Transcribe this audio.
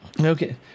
Okay